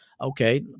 Okay